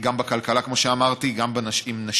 גם בכלכלה כמו שאמרתי, גם עם נשים,